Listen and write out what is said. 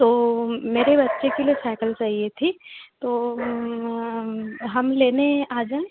तो मेरे बच्चे के लिए साइकिल चाहिए थी तो हम लेने आ जाएं